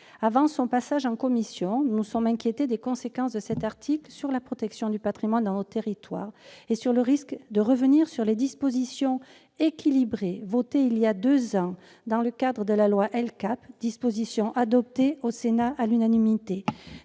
Avant son passage en commission, nous nous sommes inquiétés des conséquences de cet article sur la protection du patrimoine dans nos territoires et sur le risque de revenir sur les dispositions équilibrées votées voilà deux ans dans le cadre de la loi relative à la liberté